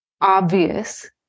obvious